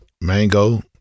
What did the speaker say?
Mango